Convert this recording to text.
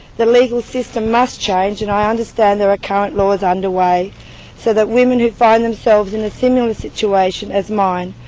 the legal system must change, and i understand there are current laws underway so that women who find themselves in a similar situation as mine,